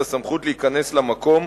את הסמכות להיכנס למקום,